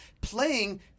playing